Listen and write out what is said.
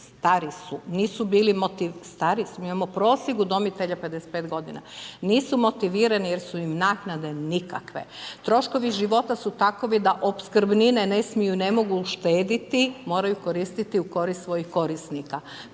stari su, nisu bili motivirani, stari, imamo prosjek udomitelja 55 godina. Nisu motivirani jer su nam naknade nikakve, troškovi života su takovi da opskrbnine ne smiju i ne mogu štedjeti moraju koristiti u korist svojih korisnika.